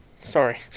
Sorry